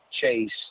Chase